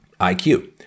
IQ